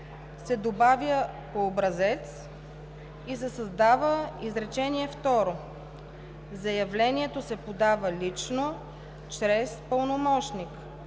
се добавя „по образец” и се създава изречение второ: „Заявлението се подава лично, чрез пълномощник,